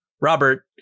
Robert